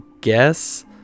guess